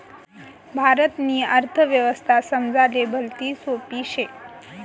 भारतनी अर्थव्यवस्था समजाले भलती सोपी शे